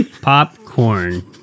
Popcorn